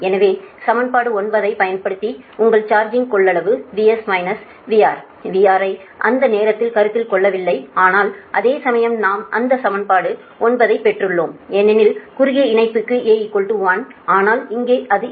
எனவே சமன்பாடு 9 ஐப் பயன்படுத்தி உங்கள் சார்ஜிங் கொள்ளளவு VS VRVR ஐ அந்த நேரத்தில் கருத்தில் கொள்ளவில்லை ஆனால் அதே சமயம் நாம் அந்த சமன்பாடு 9 ஐப் பெற்றுள்ளோம் ஏனெனில் குறுகிய இணைப்புக்கு A 1 ஆனால் இங்கே அது இல்லை